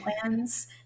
plans